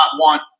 want